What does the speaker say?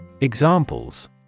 Examples